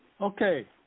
Okay